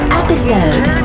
episode